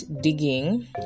digging